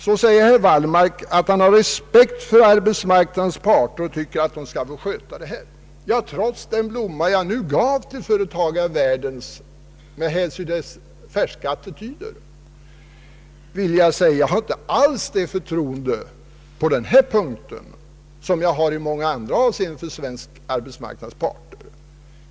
Herr Wallmark säger sig ha respekt för arbetsmarknadens parter och anser att de skall lösa frågan. Trots den blomma jag gav till företagarvärlden med anledning av dess färska attityder har jag inte alls samma förtroende för den svenska arbetsmarknadens parter i den här frågan som jag har i många andra avseenden.